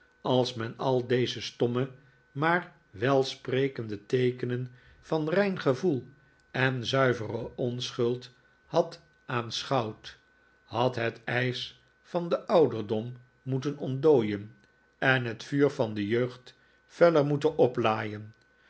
als men al deze stomme maar welsprekende teekenen van rein gevoel en zuivere onschuld had aanschouwd had het ijs van den ouderdom moeten ontdooien en het vuur van de nikola as nickleby jeugd feller moeten oplaaien